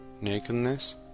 nakedness